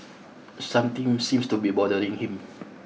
something seems to be bothering him